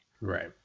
Right